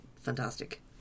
fantastic